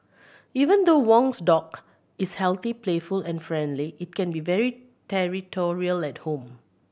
even though Wong's dog is healthy playful and friendly it can be very territorial at home